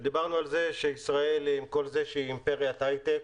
ודיברנו על זה שישראל עם כל זה שהיא אימפריית הייטק